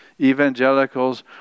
Evangelicals